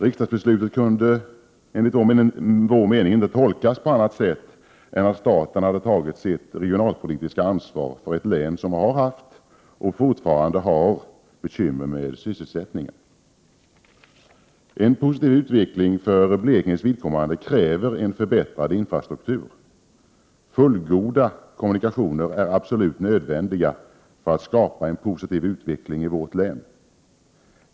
Riksdagsbeslutet kunde enligt vår mening inte tolkas på annat sätt än att staten hade tagit sitt regionalpolitiska ansvar för ett län som har haft och fortfarande har bekymmer med sysselsättningen. En positiv utveckling för Blekinges vidkommande kräver en förbättrad infrastruktur. Fullgoda kommunikationer är absolut nödvändiga för att skapa en positiv utveckling i vårt län.